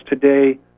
today